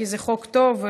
כי זה חוק טוב,